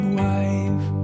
wife